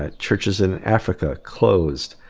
ah churches in africa closed